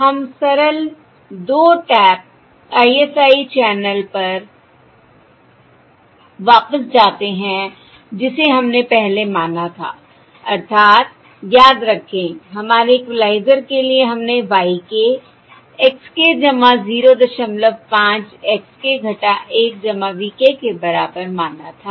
हम सरल 2 tap ISI channel पर वापस जाते हैं जिसे हमने पहले माना था अर्थात याद रखें हमारे इक्वलाइज़र के लिए हमने y k x k 05 x k 1 v k के बराबर माना था